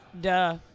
Duh